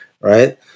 right